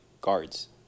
guards